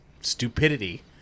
stupidity